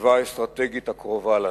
בסביבה האסטרטגית הקרובה לנו.